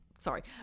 sorry